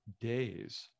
days